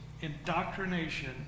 indoctrination